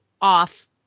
off